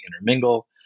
intermingle